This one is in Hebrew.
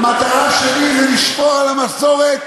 המטרה שלי זה לשמור על המסורת,